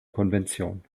konvention